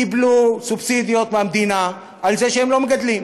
קיבלו סובסידיות מהמדינה על זה שהם לא מגדלים.